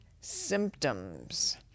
symptoms